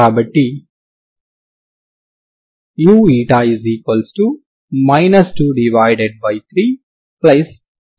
కాబట్టి u u 23C1